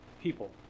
people